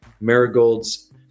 marigolds